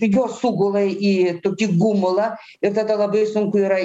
jos sugula į tokį gumulą ir tada labai sunku yra